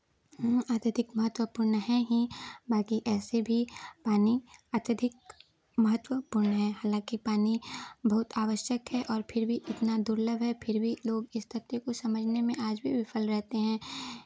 अत्यधिक महत्वपूर्ण हैं ही बाँकी ऐसे भी पानी अत्यधिक महत्वपूर्ण है हालांकि पानी बहुत आवश्यक है और फिर भी इतना दुर्लभ है फिर भी लोग इस तथ्य को समझने में आज भी विफल रहते हैं